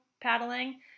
paddling